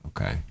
Okay